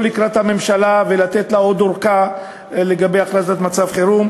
לקראת הממשלה ולתת לה עוד ארכה לגבי הכרזת מצב חירום,